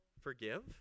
forgive